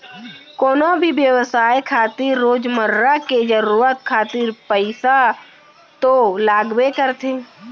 कोनो भी बेवसाय खातिर रोजमर्रा के जरुरत खातिर पइसा तो लगबे करथे